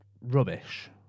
rubbish